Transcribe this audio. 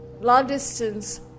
long-distance